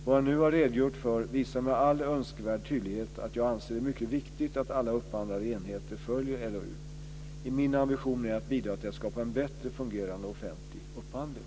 Vad jag nu har redogjort för visar med all önskvärd tydlighet att jag anser det mycket viktigt att alla upphandlande enheter följer LOU. Min ambition är att bidra till att skapa en bättre fungerande offentlig upphandling.